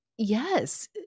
yes